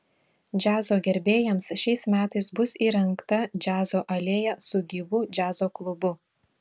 džiazo gerbėjams šiais metais bus įrengta džiazo alėja su gyvu džiazo klubu